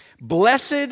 Blessed